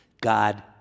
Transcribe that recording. god